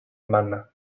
manor